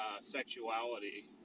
sexuality